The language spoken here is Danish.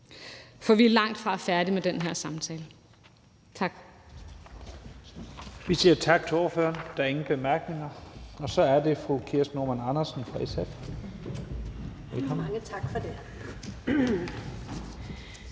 for vi er langtfra færdige med den her samtale. Tak.